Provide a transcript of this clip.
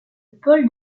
paul